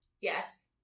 yes